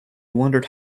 wondered